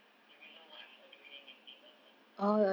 they will know what I'm ordering and things like that so